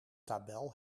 tabel